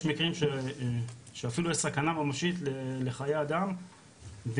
יש מקרים שאפילו יש סכנה ממשית לחיי אדם ואם